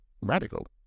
radical